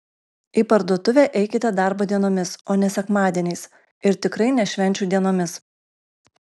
į parduotuvę eikite darbo dienomis o ne sekmadieniais ir tikrai ne švenčių dienomis